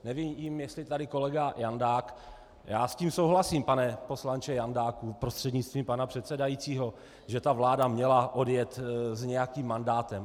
Nevím, jestli tady kolega Jandák já s tím souhlasím, pane poslanče Jandáku prostřednictvím pana předsedajícího, že vláda měla odjet s nějakým mandátem.